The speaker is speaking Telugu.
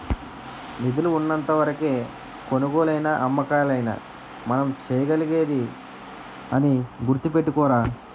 నిధులు ఉన్నంత వరకే కొనుగోలైనా అమ్మకాలైనా మనం చేయగలిగేది అని గుర్తుపెట్టుకోరా